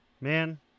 Man